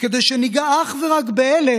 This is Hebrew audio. כדי שניגע אך ורק באלה